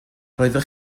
roeddech